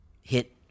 hit